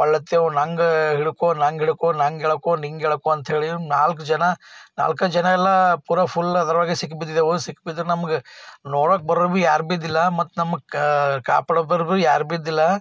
ಒಳತ್ತೇವು ನಂಗೆ ಹಿಡ್ಕೊ ನಂಗೆ ಹಿಡ್ಕೊ ನಂಗೆ ಎಳ್ಕೊ ನಿಂಗೆ ಎಳ್ಕೊ ಅಂಥೇಳಿ ನಾಲ್ಕು ಜನ ನಾಲ್ಕೈದು ಜನ ಎಲ್ಲ ಪೂರಾ ಫುಲ್ ಅದರೊಳಗೆ ಸಿಕ್ಕಿ ಬಿದ್ದಿದ್ದೆವು ಸಿಕ್ಕಿ ಬಿದ್ರೆ ನಮ್ಗೆ ನೋಡೋಕ್ಕೆ ಬರೋಲ್ಲ ಭೀ ಯಾರುಭೀದ್ದಿಲ್ಲ ಮತ್ತು ನಮಗೆ ಕಾಪಾಡು ಬರು ಭೀ ಯಾರುಭೀದ್ದಿಲ್ಲ